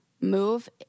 move